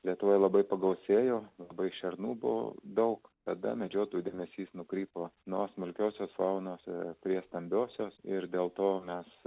lietuvoj labai pagausėjo dvigubai šernų buvo daug tada medžiotojų dėmesys nukrypo nuo smulkiosios faunos e prie stambiosios ir dėl to mes